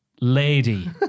lady